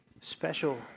special